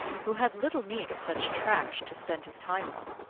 who had little need of such trash to spend his time on?